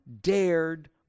dared